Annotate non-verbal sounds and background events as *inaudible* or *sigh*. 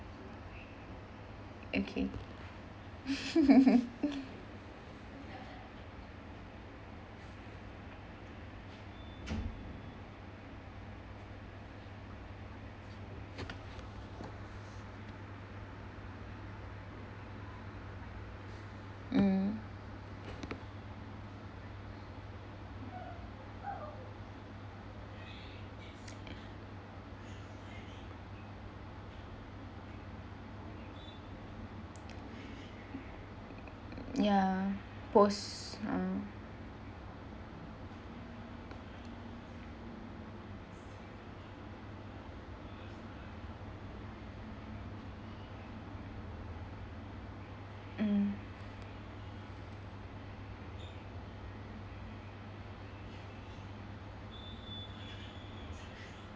okay *laughs* mm ya post ah mm